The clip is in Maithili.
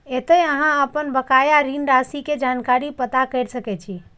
एतय अहां अपन बकाया ऋण राशि के जानकारी पता कैर सकै छी